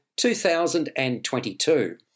2022